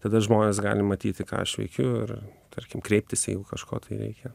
tada žmonės gali matyti ką aš veikiu ir tarkim kreiptis jeigu kažko tai reikia